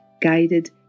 guided